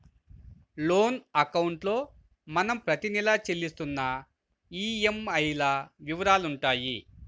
loan అకౌంట్లో మనం ప్రతి నెలా చెల్లిస్తున్న ఈఎంఐల వివరాలుంటాయి